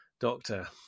doctor